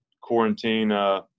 quarantine